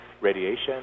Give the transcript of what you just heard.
radiation